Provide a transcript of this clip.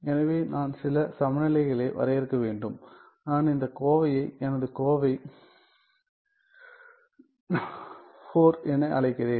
எனவே நான் சில சமநிலைகளை வரையறுக்க வேண்டும் நான் இந்த கோவையை எனது கோவை IV என அழைக்கிறேன்